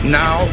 now